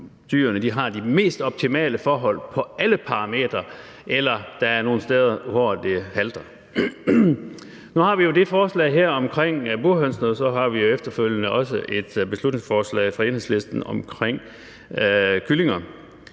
har de mest optimale forhold på alle parametre, eller om der er nogle steder, hvor det halter. Nu har vi jo det her forslag omkring burhønsene, og så har vi efterfølgende også et beslutningsforslag fra Enhedslisten omkring kyllinger.